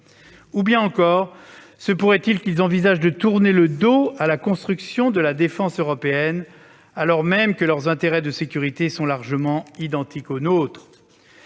sur ce sujet ? Se pourrait-il qu'ils envisagent de tourner le dos à la construction de la défense européenne, alors même que leurs intérêts de sécurité sont largement les mêmes que les nôtres ?